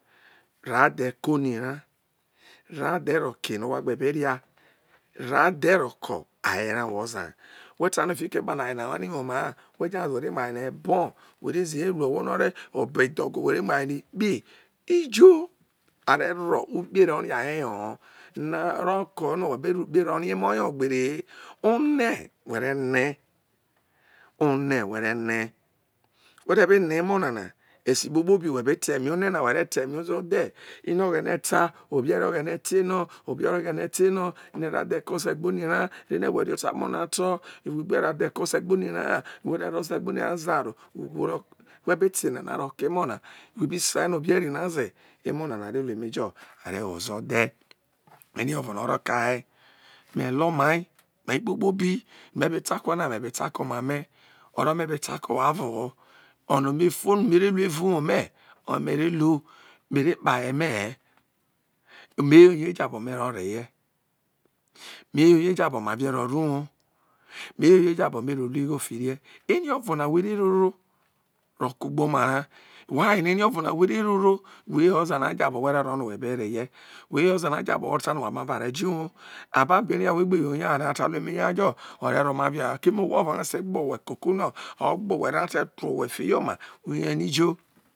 ro a dhe ke oni ra rọ adhe̱ ke̱ enọ wha gbe be ria ro̱ adhe̱ ro̱ ko̱ aye ra we̱ oza who ta nọ fiki ekpano̱ aye nana wani woma ha we̱ je̱ nyaze wo ve mu aye na e̱bọ re ọbọ e̱dhogo who̱ re mu aye na ekpe ijo a yo̱ ho no̱ a rọ ko̱ ukpe ro rie̱ emo̱ yo̱ gbere he one̱ who̱ re̱ ne̱ one̱ whọ re̱ ne who te be ne emo̱ nana esi kpokpobi whe be ta eme one̱ ozo̱ dhe ene oghene o ta obe eri oghene te ne̱ eri o̱ghe̱ne̱ te enọ no̱ ro adhe̱ ke̱ ose̱ gbo oni ra re whọ ria oto akpo̱ na to̱ who̱ gbe ro adhe ke ose gbo oni ra ha who re ro̱ o̱se gbo oni ra ro̱ zaro whe̱ be ta enana rọ ke̱ emo̱ na who be sei no obi eri na ze emo nana rw ru emejo̱ a re who ozo dhe eri o̱vona oro ke̱ aye me̱ lo omai mai kpokpi bi me be ta ko owhai na me be ta ke oma me̱ oro̱no̱ me̱ be ta ko owhia o̱voho ono me fonọ me re lu erao uwo me̱ oye me re lu me yo ye jabo me ro̱ yeye̱ me yo ye jabo ma vie̱ ro̱ ro uwo me yo ye̱ jabo̱ me ro lu gho fiye̱ eri o̱ro na who re roro eri orona who re roro ro̱ ke̱ ugboma ra. We aye na ele orona who re roro whe yo oza na jabo we̱ ro̱ jo̱ uwo ababo eri ha we gbe yo ye ha wa ta ru emeha jo orero maria ha keme owho ovo o̱ re sai gbo owhe ekoko no a re gbo whe fiye̱ oma iyo ye̱ ho ijo.